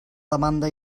demanda